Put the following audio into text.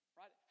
right